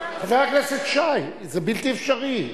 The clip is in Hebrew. חבר הכנסת שי, זה בלתי אפשרי.